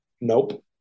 nope